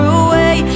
away